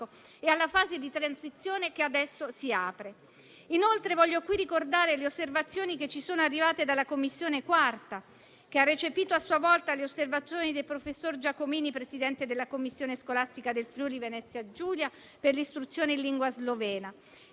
e alla fase di transizione che adesso si apre. Inoltre, voglio qui ricordare le osservazioni che sono arrivate dalla 4ª Commissione, che ha recepito a sua volta le osservazioni del professor Giacomini, presidente della commissione scolastica del Friuli Venezia Giulia per l'istruzione in lingua slovena.